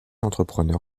entrepreneur